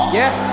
yes